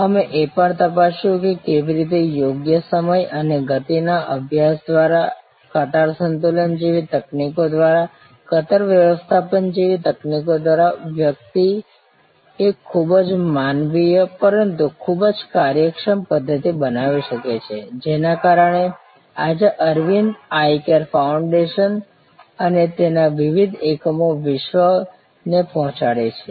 અમે એ પણ તપાસ્યું કે કેવી રીતે યોગ્ય સમય અને ગતિના અભ્યાસ દ્વારા કતાર સંતુલન જેવી તકનીકો દ્વારા કતાર વ્યવસ્થાપન જેવી તકનીકો દ્વારા વ્યક્તિ એક ખૂબ જ માનવીય પરંતુ ખૂબ જ કાર્યક્ષમ પદ્ધત્તિ બનાવી શકે છે જેના કારણે આજે અરવિંદ આઇ કેર ફાઉન્ડેશન અને તેમના વિવિધ એકમો વિશ્વને પહોંચાડે છે